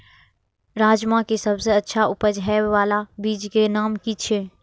राजमा के सबसे अच्छा उपज हे वाला बीज के नाम की छे?